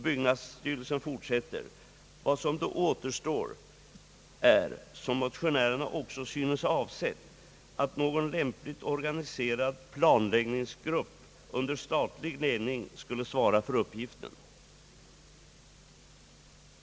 Byggnadsstyrelsen fortsätter: »Vad som då återstår är — såsom motionärerna också synes ha avsett — att någon lämpligt organiserad planläggningsgrupp under statlig ledning skulle svara för uppgiften.